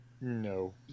No